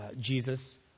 Jesus